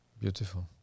Beautiful